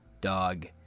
Dog